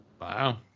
Wow